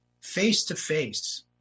face-to-face